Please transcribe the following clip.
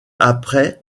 après